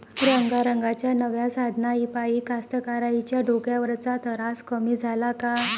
रंगारंगाच्या नव्या साधनाइपाई कास्तकाराइच्या डोक्यावरचा तरास कमी झाला का?